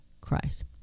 Christ